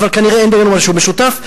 אבל כנראה אין בינינו משהו משותף,